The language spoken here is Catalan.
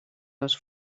les